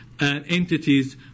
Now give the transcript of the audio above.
entities